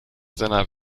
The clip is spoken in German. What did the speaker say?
seiner